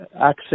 access